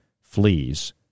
fleas